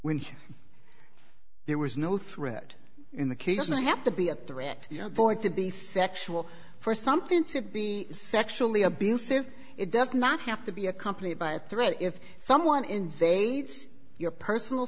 when he there was no threat in the case not have to be a threat young boy to be sexual for something to be sexually abusive it does not have to be accompanied by a threat if someone invades your personal